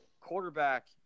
Quarterback